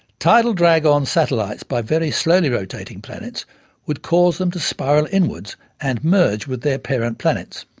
tidal drag on satellites by very slowly rotating planets would cause them to spiral inwards and merge with their parent planets.